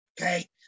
Okay